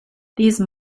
these